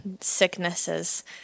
sicknesses